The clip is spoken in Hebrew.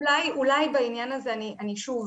אולי בעניין הזה שוב,